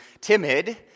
timid